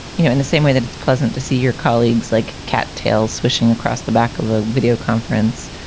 you know in the same way that it's pleasant to see your colleagues like cat tails swishing across the back of a videoconference,